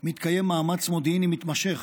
מתקיים מאמץ מודיעיני מתמשך